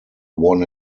won